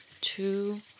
two